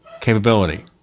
capability